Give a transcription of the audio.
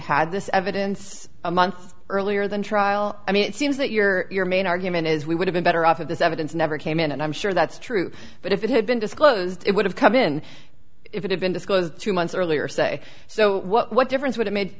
had this evidence a month earlier than trial i mean it seems that your your main argument is we would have been better off of this evidence never came in and i'm sure that's true but if it had been disclosed it would have come in if it had been disclosed two months earlier say so what difference would it ma